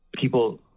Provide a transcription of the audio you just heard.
people